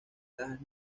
cajas